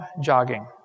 jogging